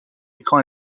écran